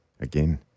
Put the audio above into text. again